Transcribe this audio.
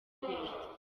leta